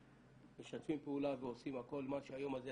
שמשתפים פעולה ועושים הכול שהיום זה יצליח.